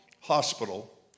hospital